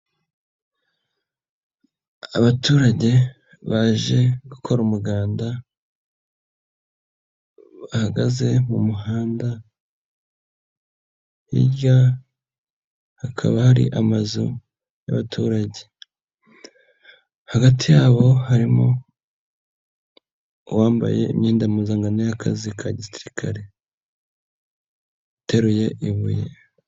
Abaturage baje gukora umuganda, bahagaze mu muhanda, hirya hakaba hari amazu y'abaturage, hagati yabo harimo uwambaye imyenda mpuzankano y'akazi ka gisirikare, uteruye ibuye.